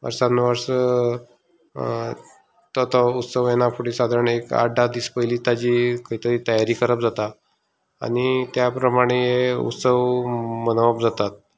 वर्सान वर्स तो तो उत्सव येना फुडें सादारण एक आठ धा दीस पयलीं ताजी खंय तरी तयारी करप जाता आनी त्या प्रमाणे उत्सव मनोवप जाता